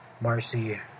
Marcy